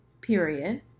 period